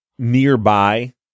Nearby